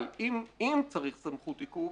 אבל אם צריך את סמכות עיכוב,